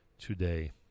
today